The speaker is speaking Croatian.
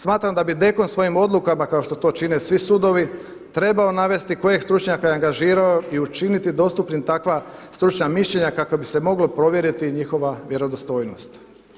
Smatram da bi DKOM svojim odlukama kao što to čine svi sudovi trebao navesti koje je stručnjake angažirao i učiniti dostupnim takva stručna mišljenja kako bi se moglo provjeriti njihova vjerodostojnost.